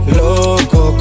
loco